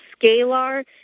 scalar